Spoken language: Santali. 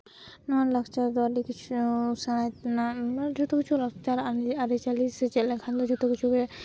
ᱱᱚᱣᱟ ᱞᱟᱠᱪᱟᱨ ᱨᱮᱫᱚ ᱟᱹᱰᱤ ᱠᱤᱪᱷᱩ ᱥᱮᱬᱟ ᱛᱮᱱᱟᱜ ᱡᱷᱚᱛᱚ ᱠᱤᱪᱷᱩ ᱪᱟᱞᱟᱜ ᱟᱹᱨᱤᱪᱟᱞᱤ ᱥᱮᱪᱮᱫ ᱞᱮᱱᱠᱷᱟᱱ ᱫᱚ ᱡᱚᱛᱚ ᱠᱤᱪᱷᱩ ᱜᱮ